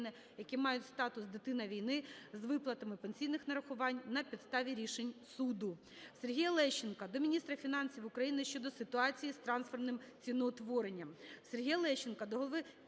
які мають статус "Дитина війни" з виплатами пенсійних нарахувань на підставі рішень суду.